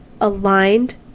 aligned